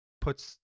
puts